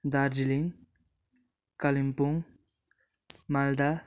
Darjeeling Kalimpong Malda